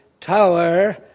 tower